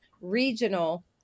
Regional